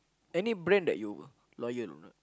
any brand that you loyal not